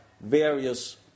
various